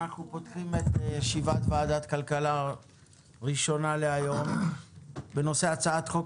אנחנו פותחים את ישיבת ועדת הכלכלה הראשונה להיום בנושא: הצעת חוק